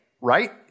right